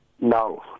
No